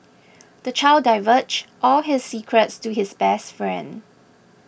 the child divulged all his secrets to his best friend